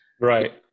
Right